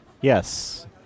Yes